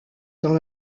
dans